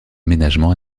aménagements